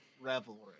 revelry